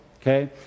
okay